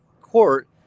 court